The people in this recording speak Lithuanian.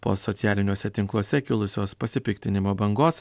po socialiniuose tinkluose kilusios pasipiktinimo bangos